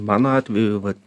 mano atveju vat